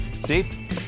See